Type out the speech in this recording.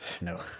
No